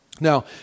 Now